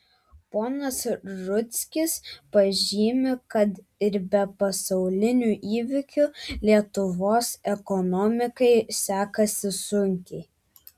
ponas rudzkis pažymi kad ir be pasaulinių įvykių lietuvos ekonomikai sekasi sunkiai